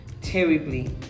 terribly